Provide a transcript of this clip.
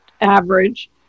average